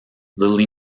lily